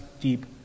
deep